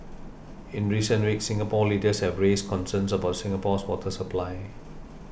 in recent weeks Singapore leaders have raised concerns about Singapore's water supply